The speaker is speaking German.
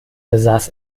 besaß